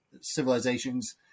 civilizations